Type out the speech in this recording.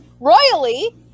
Royally